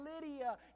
Lydia